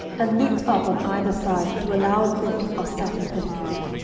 and looped up on either side to allow a glimpse of satin petticoat.